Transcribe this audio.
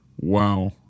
Wow